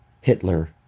Hitler